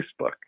Facebook